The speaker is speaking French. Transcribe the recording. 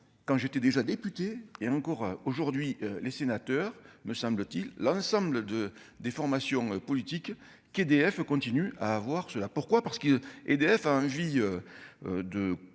quand j'étais déjà député et encore aujourd'hui, les sénateurs, me semble-t-il, l'ensemble de des formations politiques qu'EDF continue à avoir ce là pourquoi parce qu'il EDF a envie de